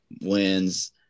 wins